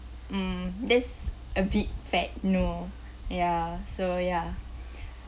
um that's a big fat no ya so ya